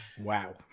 Wow